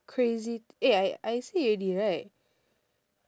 crazy eh I I say already right